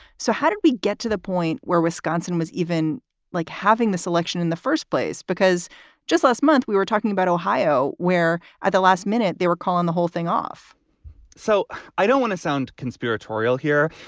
so how did we get to the point where wisconsin was even like having this election in the first place? because just last month we were talking about ohio, where at the last minute they were calling the whole thing off so i don't want to sound conspiratorial here,